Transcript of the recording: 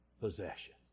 possession